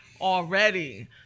already